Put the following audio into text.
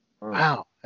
wow